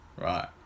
Right